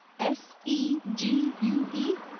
s e g u e,